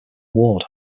ward